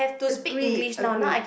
agreed agreed